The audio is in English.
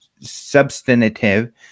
substantive